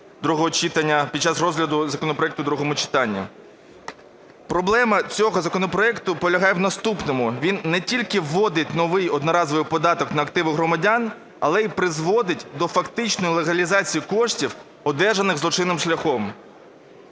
другого читання, під час розгляду законопроекту в другому читанні. Проблема цього законопроекту полягає в наступному. Він не тільки вводить новий одноразовий податок на активи громадян, але і призводить до фактичної легалізації коштів, одержаних злочинним шляхом.